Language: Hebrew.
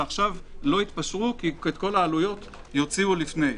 ועכשיו לא יתפשרו כי את כל העלויות יוציאו לפני.